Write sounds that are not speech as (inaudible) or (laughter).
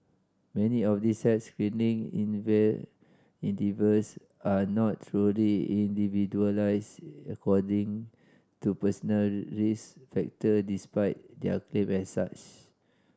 many of these health screening (unintelligible) endeavours are not truly individualised according to personal risk factor despite their claim as such